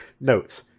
Note